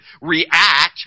react